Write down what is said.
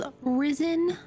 risen